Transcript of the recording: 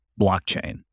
blockchain